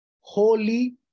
Holy